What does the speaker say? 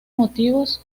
motivos